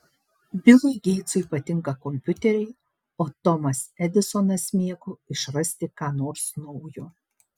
bilui geitsui patinka kompiuteriai o tomas edisonas mėgo išrasti ką nors naujo